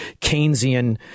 Keynesian